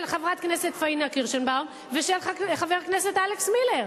של חברת הכנסת פאינה קירשנבאום ושל חבר הכנסת אלכס מילר.